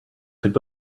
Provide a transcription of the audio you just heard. could